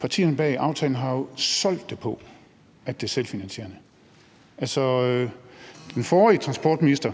partierne bag aftalen har jo solgt det på, at det er selvfinansierende. Altså, den forrige transportminister